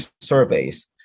surveys